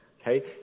Okay